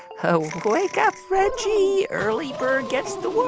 ah like up, reggie. early bird gets the